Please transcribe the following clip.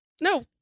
No